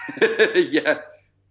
Yes